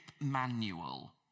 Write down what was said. manual